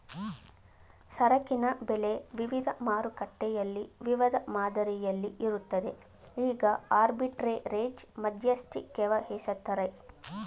ಸರಕಿನ ಬೆಲೆ ವಿವಿಧ ಮಾರುಕಟ್ಟೆಯಲ್ಲಿ ವಿವಿಧ ಮಾದರಿಯಲ್ಲಿ ಇರುತ್ತದೆ ಈಗ ಆರ್ಬಿಟ್ರೆರೇಜ್ ಮಧ್ಯಸ್ಥಿಕೆವಹಿಸತ್ತರೆ